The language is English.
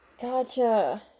Gotcha